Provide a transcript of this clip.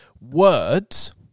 words